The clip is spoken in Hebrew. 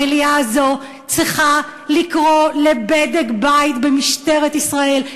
המליאה הזאת צריכה לקרוא לבדק-בית במשטרת ישראל,